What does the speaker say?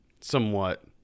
somewhat